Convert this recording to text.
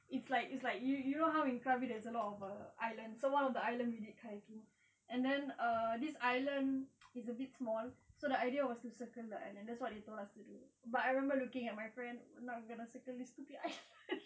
it's like it's like you you know how in krabi there's a lot of islands so one of the islands we did kayaking and then err this island is a bit small so the idea was to circle the island that's what they told us to do but I remember looking at my friend not gonna circle this stupid island